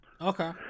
Okay